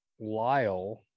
lyle